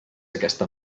aquesta